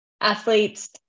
athletes